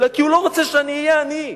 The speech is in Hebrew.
אלא כי הוא לא רוצה שאני אהיה אני.